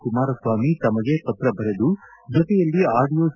ಕುಮಾರಸ್ವಾಮಿ ತಮಗೆ ಪತ್ರ ಬರೆದು ಜೊತೆಯಲ್ಲಿ ಆಡಿಯೋ ಸಿ